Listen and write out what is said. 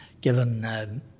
given